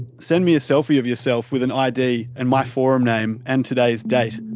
send me a selfie of yourself with an id and my forum name and today's date.